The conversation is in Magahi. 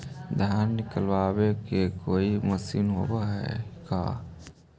धान निकालबे के कोई मशीन होब है का?